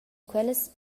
quellas